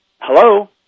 hello